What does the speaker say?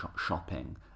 shopping